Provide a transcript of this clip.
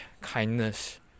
kindness